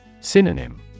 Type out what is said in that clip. Synonym